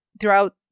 Throughout